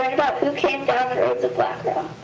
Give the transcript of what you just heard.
about who came down the roads ah